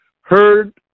heard